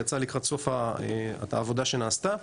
היא יצאה לקראת סוף העבודה שנעשתה.